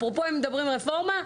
אפרופו הם מדברים על רפורמה,